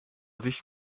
sich